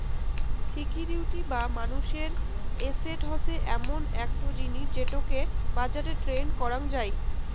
security বা মানুষের asset হসে এমন একটো জিনিস যেটোকে বাজারে ট্রেড করাং যাই